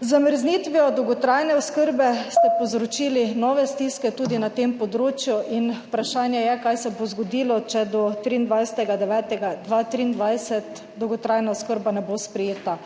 zamrznitvijo dolgotrajne oskrbe ste povzročili nove stiske tudi na tem področju. In vprašanje je, kaj se bo zgodilo, če do 23. 9. 2023 dolgotrajna oskrba ne bo sprejeta.